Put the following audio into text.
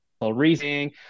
reasoning